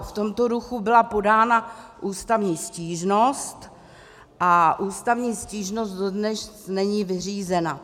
V tomto duchu byla podána ústavní stížnost a ústavní stížnost dodnes není vyřízena.